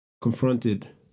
confronted